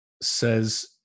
says